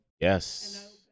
Yes